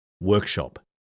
workshop